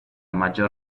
maggior